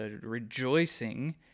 rejoicing